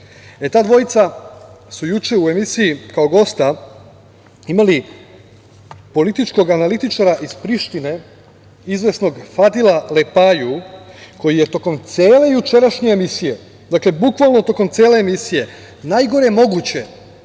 Ta dvojica su juče u emisiji kao gosta imali političkog analitičara iz Prištine, izvesnog Fadila Lepaju, koji je tokom cele jučerašnje emisije, bukvalno tokom cele emisije, najgore moguće